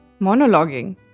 Monologuing